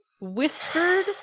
whispered